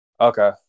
Okay